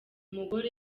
mugore